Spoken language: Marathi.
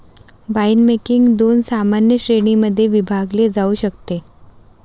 वाइनमेकिंग दोन सामान्य श्रेणीं मध्ये विभागले जाऊ शकते